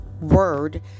word